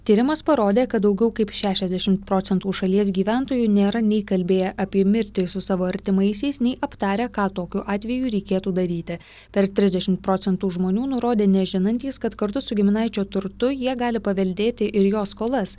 tyrimas parodė kad daugiau kaip šešiasdešimt procentų šalies gyventojų nėra nei kalbėję apie mirtį su savo artimaisiais nei aptarę ką tokiu atveju reikėtų daryti per trisdešimt procentų žmonių nurodė nežinantys kad kartu su giminaičio turtu jie gali paveldėti ir jo skolas